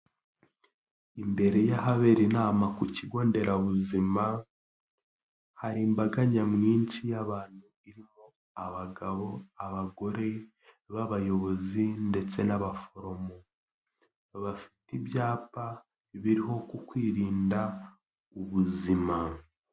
Imbere y'ahabera inama ku kigo nderabuzima, hari imbaga nyamwinshi y'abantu irimo abagabo, abagore b'abayobozi ndetse n'abaforomo, bafite ibyapa biriho ku kwirinda ubuzima.